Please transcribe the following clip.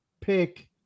pick